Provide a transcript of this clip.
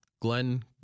Glenn